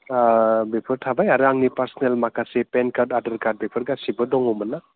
बेफोर थाबाय आरो आंनि पार्सनेल माखासे पेन कार्ड आधार कार्ड बेफोर गासैबो दङमोन